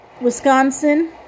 Wisconsin